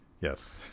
Yes